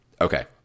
Okay